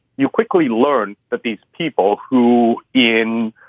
you quickly learn that these people who in,